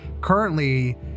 currently